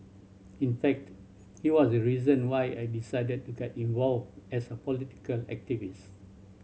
in fact he was a reason why I decided to get involved as a political activist